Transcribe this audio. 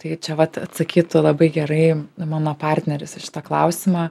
tai čia vat atsakytų labai gerai mano partneris į šitą klausimą